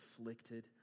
afflicted